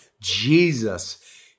Jesus